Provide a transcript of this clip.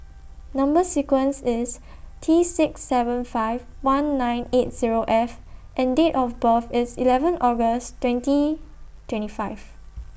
Number sequence IS T six seven five one nine eight Zero F and Date of birth IS eleven August twenty twenty five